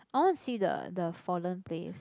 I want see the the fallen place